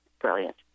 brilliant